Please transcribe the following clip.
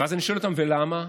ואז אני שואל אותם: למה?